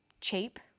cheap